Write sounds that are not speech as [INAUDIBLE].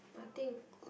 nothing [BREATH]